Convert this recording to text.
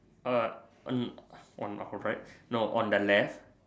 uh on the her right no on the left